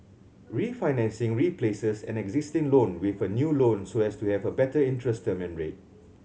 refinancing replaces an existing loan with a new loan so as to have a better interest term and rate